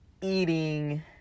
eating